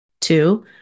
Two